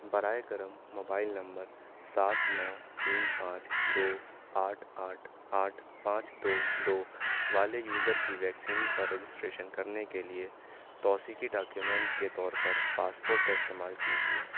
برائے کرم mobile number سات نو تین پانچ دو آٹھ آٹھ آٹھ پانچ دو دو والے یوزر کی ویکسین کا رجسٹریشن کرنے کے لیے توثیقی ڈاکیومنٹ کے طور پر پاسپورٹ کا استعمال کیجیے